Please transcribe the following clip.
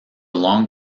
long